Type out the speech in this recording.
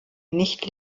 nicht